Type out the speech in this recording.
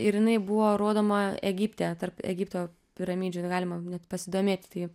ir jinai buvo rodoma egipte tarp egipto piramidžių galima net pasidomėti tai